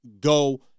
go